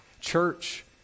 Church